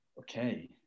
Okay